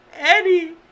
Eddie